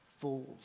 fools